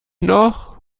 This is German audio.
noch